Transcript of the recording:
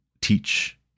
teach